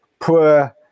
poor